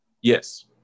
Yes